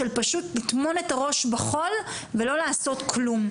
של פשוט לטמון את הראש בחול ולא לעשות כלום.